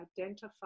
identify